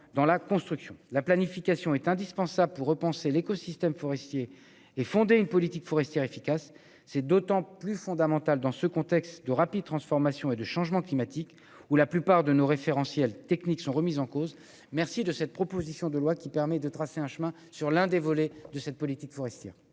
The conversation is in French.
dans la construction. La planification est indispensable pour repenser l'écosystème forestier et fonder une politique forestière efficace. C'est d'autant plus fondamental dans ce contexte de rapide transformation et de changement climatique, où la plupart de nos référentiels techniques sont remis en cause. Je vous remercie de cette proposition de loi, qui permet de tracer un chemin sur l'un des volets de la politique forestière.